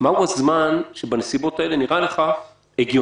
מהו הזמן שבנסיבות האלה נראה לך הגיוני.